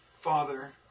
Father